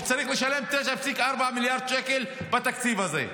שצריך לשלם 9.4 מיליארד שקל בתקציב הזה.